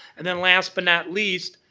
and then, last but not least,